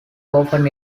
often